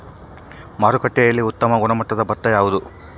ಮಾರುಕಟ್ಟೆಯಲ್ಲಿ ಉತ್ತಮ ಗುಣಮಟ್ಟದ ಭತ್ತ ಯಾವುದು?